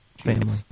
family